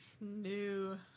new